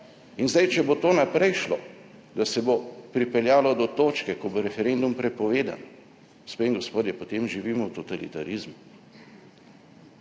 in zdaj, če bo to naprej šlo, da se bo pripeljalo do točke, ko bo referendum prepovedan, gospe in gospodje, potem živimo v totalitarizmu,